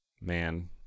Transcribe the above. Man